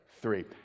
three